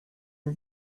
sie